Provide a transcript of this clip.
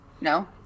No